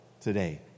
today